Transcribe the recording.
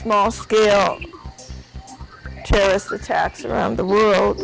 small scale terrorist attacks around the world